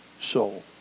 soul